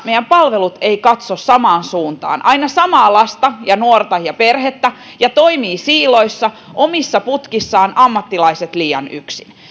meidän palvelut eivät katso samaan suuntaan aina samaa lasta ja nuorta ja perhettä ja toimivat siiloissa omissa putkissaan ammattilaiset liian yksin